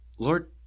Lord